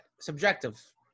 subjective